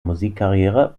musikkarriere